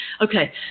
Okay